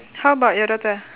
how about your daughter